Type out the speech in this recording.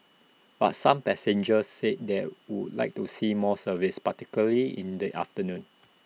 but some passengers said they would like to see more services particularly in the afternoon